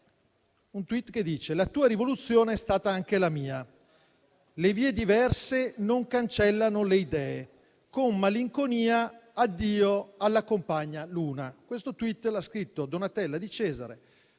testualmente: «La tua rivoluzione è stata anche la mia. Le vie diverse non cancellano le idee. Con malinconia addio alla compagna Luna». Questo *tweet* l'ha scritto Donatella Di Cesare